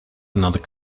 another